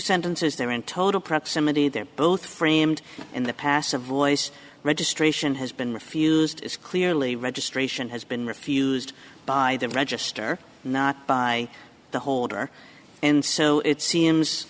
sentences there in total proximity they're both framed in the passive voice registration has been refused is clearly read distraction has been refused by the register not by the holder and so it